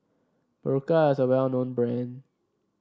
Berocca is a well known brand